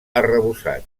arrebossat